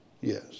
yes